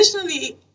Additionally